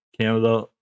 Canada